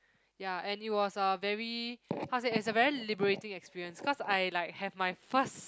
ya and it was a very how to say it's a very liberating experience cause I like have my first